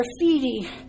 graffiti